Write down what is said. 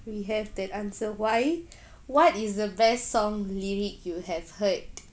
we have that answer why what is the best song lyric you have heard